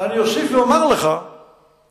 אני אוסיף ואומר לך שכאשר